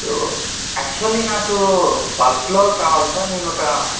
so actually నాకు బల్క్స్లో కావాలి సార్ నేను ఒక